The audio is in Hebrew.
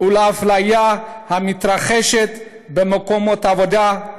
ולאפליה המתרחשת במקומות עבודה,